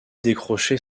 décroché